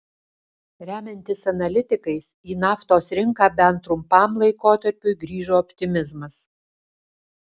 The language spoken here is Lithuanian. remiantis analitikais į naftos rinką bent trumpam laikotarpiui grįžo optimizmas